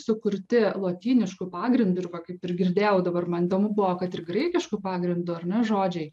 sukurti lotynišku pagrindu ir va kaip ir girdėjau dabar man įdomu buvo kad ir graikišku pagrindu ar ne žodžiai